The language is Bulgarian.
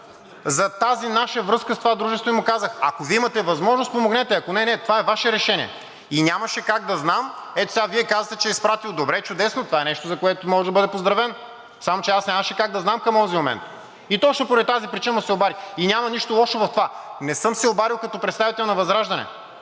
за тази наша връзка с това дружество и му казах: „Ако Вие имате възможност, помогнете, ако не, не. Това е Ваше решение.“ И нямаше как да знам – ето сега Вие казвате, че е изпратил. Добре, чудесно. Това е нещо, за което може да бъде поздравен. Само че аз нямаше как да знам към онзи момент, точно поради тази причина му се обадих. Няма нищо лошо в това. Не съм се обадил като представител на ВЪЗРАЖДАНЕ.